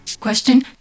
Question